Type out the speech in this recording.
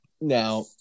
now